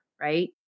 right